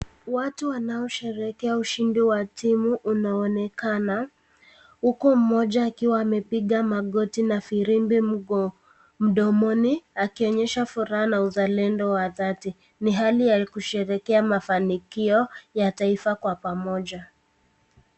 Watu wanaosherehekea ushindi wa timu unaonekana, huku mmoja akiwa amepiga magoti na firimbi mko mdomoni, akionyesha furaha na uzalendo wa dhati. Ni hali ya kusherehekea mafanikio ya taifa kwa pamoja.